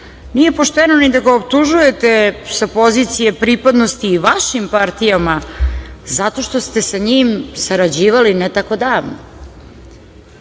bio. Nije pošteno ni da ga optužujete sa pozicije pripadnosti vašim partijama, zato što ste sa njim sarađivali ne tako davno.